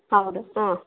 ಹೌದು ಹಾಂ